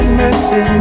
mercy